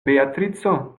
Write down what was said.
beatrico